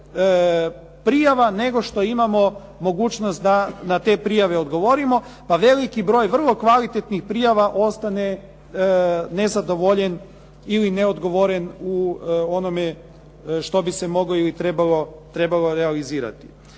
prijava nego što imamo mogućnost da na te prijave odgovorimo pa veliki broj vrlo kvalitetnih prijava ostane nezadovoljen ili neodgovoren u onome što bi se moglo ili trebalo realizirati.